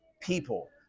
people